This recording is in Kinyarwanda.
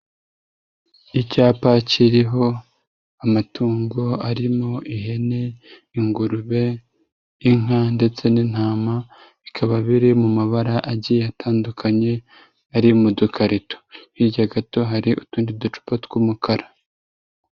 Icyapa kiriho amatungo, arimo ihene, ingurube, inka ndetse n'intama, bikaba biri mu mabara agiye atandukanye, ari mu dukarito. Hirya gato hari utundi ducupa tw'umukara.